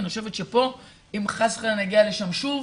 אני חושבת שפה אם חס וחלילה נגיע לשם שוב,